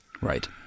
Right